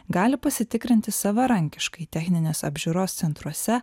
gali pasitikrinti savarankiškai techninės apžiūros centruose